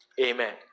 Amen